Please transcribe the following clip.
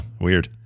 weird